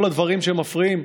כל הדברים שמפריעים,